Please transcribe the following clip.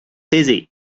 easy